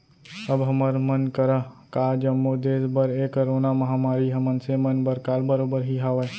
अब हमर मन करा का जम्मो देस बर ए करोना महामारी ह मनसे मन बर काल बरोबर ही हावय